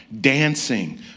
Dancing